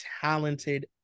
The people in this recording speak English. talented